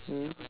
mm